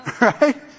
right